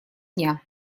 дня